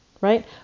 right